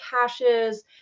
caches